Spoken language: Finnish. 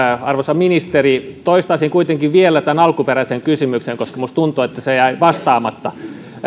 arvoisa ministeri toistaisin kuitenkin vielä tämän alkuperäisen kysymyksen koska minusta tuntuu että se jäi vastaamatta